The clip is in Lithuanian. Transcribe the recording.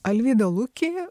alvydą lukį